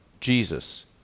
Jesus